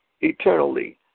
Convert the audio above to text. eternally